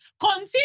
continue